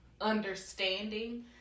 understanding